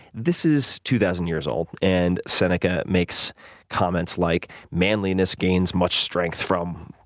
this is two thousand years old and seneca makes comments like, manliness gains much strength from.